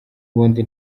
bundi